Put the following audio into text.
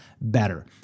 better